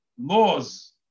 laws